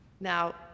Now